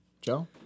Joe